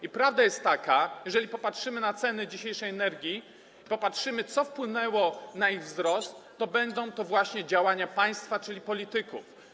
I prawda jest taka, jeżeli popatrzymy na dzisiejsze ceny energii, popatrzymy, co wpłynęło na ich wzrost, że będą to właśnie działania państwa, czyli polityków.